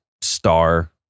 star